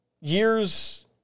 Years